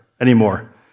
anymore